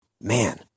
man